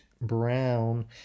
brown